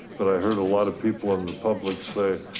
but i heard a lot of people in the public say,